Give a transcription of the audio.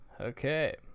Okay